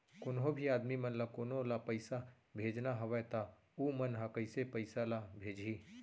कोन्हों भी आदमी मन ला कोनो ला पइसा भेजना हवय त उ मन ह कइसे पइसा ला भेजही?